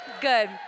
Good